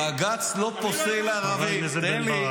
בג"ץ לא פוסל ערבים.